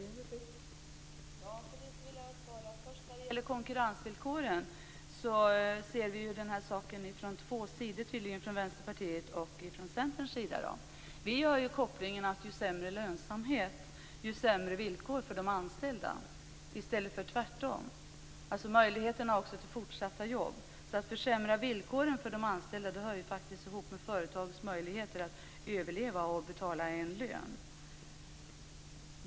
Fru talman! Vad det gäller konkurrensvillkoren vill jag säga att Vänsterpartiet och Centern tydligen ser saken från två håll. Vi gör en koppling mellan dålig lönsamhet och dåliga villkor för de anställda - inte tvärtom. Det gäller alltså möjligheten till fortsatta jobb. Att man försämrar villkoren för de anställda hör faktiskt ihop med företagets möjligheter att överleva och betala en lön.